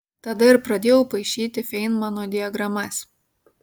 tada ir pradėjau paišyti feinmano diagramas